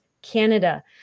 Canada